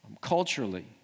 culturally